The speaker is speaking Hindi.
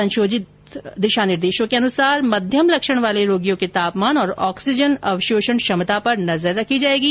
संशोधित दिशा निर्देशों के अनुसार मध्यम लक्षण वाले रोगियों के तापमान और ऑक्सीजन अवशोषण क्षमता पर नजर रखी जाएगी